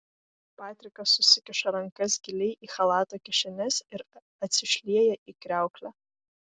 patrikas susikiša rankas giliai į chalato kišenes ir atsišlieja į kriauklę